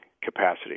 capacity